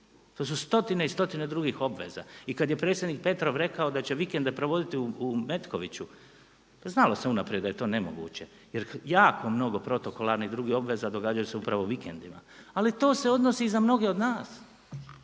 To su stotine i stotine drugih obveza. I kada je predsjednik Petrov rekao da će vikende provoditi u Metkoviću, znalo se unaprijed da je to nemoguće jer jako mnogo protokolarnih i drugih obaveza događaju se upravo vikendima. Ali to se odnosi i za mnoge od nas.